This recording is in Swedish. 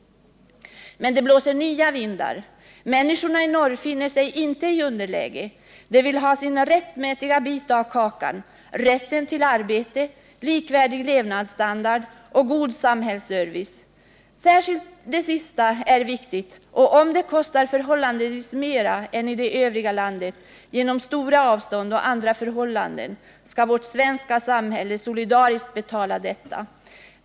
Men det blåser nya vindar. Människorna i norr finner sig inte i underläget längre. De vill ha sin rättmätiga bit av kakan: rätten till arbete, likvärdig levnadsstandard och en god samhällsservice. Särskilt det sista är viktigt, och om det kostar förhållandevis mera än i övriga landet, genom stora avstånd och andra förhållanden, skall vårt svenska samhälle solidariskt betala detta.